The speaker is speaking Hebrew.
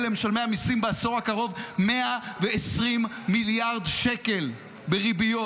למשלמי המיסים בעשור הקרוב 120 מיליארד שקל בריביות,